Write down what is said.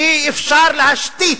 כי אי-אפשר להשתית.